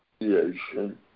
creation